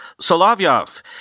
Solovyov